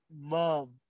mom